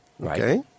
okay